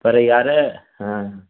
पर यार हां